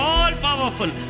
All-powerful